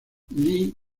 lee